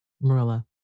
Marilla